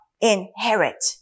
inherit